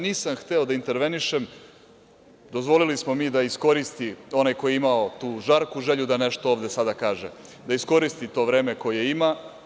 Nisam hteo da intervenišem, dozvolili smo mi da iskoristi, onaj ko je imao tu žarku želju da nešto ovde sada kaže, da iskoristi to vreme koje ima.